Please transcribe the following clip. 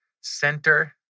center